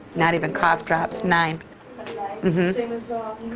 not even cough drops. nine. so